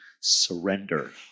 surrender